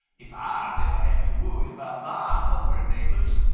if ah never had to worry about mah hungry neighbors,